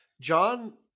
John